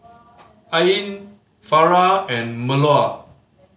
Ain Farah and Melur